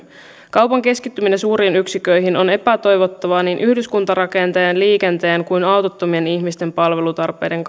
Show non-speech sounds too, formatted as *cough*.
kaupan keskittyminen suuriin yksiköihin on epätoivottavaa niin yhdyskuntarakenteen liikenteen kuin autottomien ihmisten palvelutarpeiden *unintelligible*